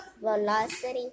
Velocity